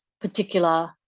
particular